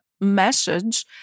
message